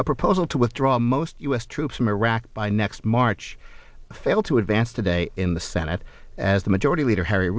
a proposal to withdraw most u s troops from iraq by next march fail to advance today in the senate as the majority leader harry